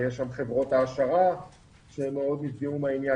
ויש שם חברות העשרה שנפגעו מהעניין.